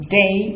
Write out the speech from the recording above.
day